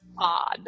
odd